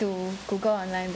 to google online but